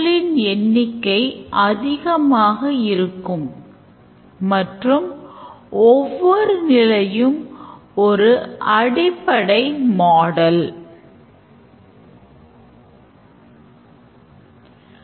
System பயணியிடம் புதிய புறப்பாடு மற்றும் destination இலக்கு தகவல்களைக் கேட்கிறது மற்றும் flight available ஆக இருந்தால் change செய்து transaction summary